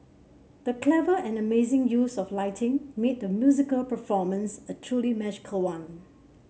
the clever and amazing use of lighting made the musical performance a truly magical one